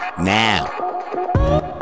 now